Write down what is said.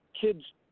kids